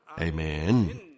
Amen